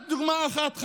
רק דוגמה אחת,